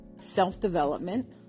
self-development